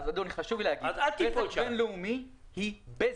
אדוני, חשוב לי לומר שבזק בינלאומי היא בזק.